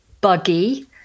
buggy